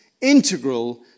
integral